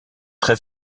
très